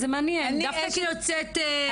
זה מעניין, דווקא כיוצאת אשת ביטחון.